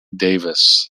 davis